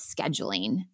scheduling